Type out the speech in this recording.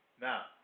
Now